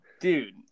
dude